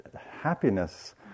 happiness